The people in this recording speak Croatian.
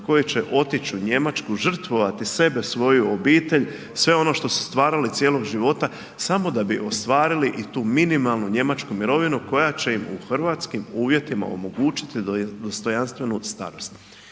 koje će otići u Njemačku, žrtvovati sebe, svoju obitelj, sve ono što su stvarali cijelog života samo da bi ostvarili i tu minimalnu njemačku mirovinu koja će im u hrvatskim uvjetima omogućiti dostojanstvenu starost.